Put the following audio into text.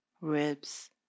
ribs